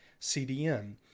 CDN